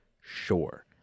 sure